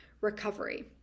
recovery